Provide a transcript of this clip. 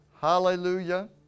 Hallelujah